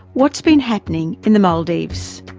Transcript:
what's been happening in the maldives.